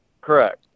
Correct